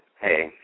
hey